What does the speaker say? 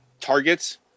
targets